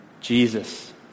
Jesus